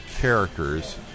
characters